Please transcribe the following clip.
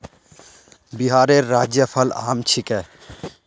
बिहारेर राज्य फल आम छिके